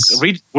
read